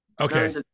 Okay